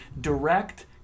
direct